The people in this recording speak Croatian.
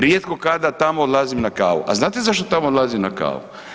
Rijetko kada tamo odlazim kavu, a znate zašto tamo odlazim na kavu?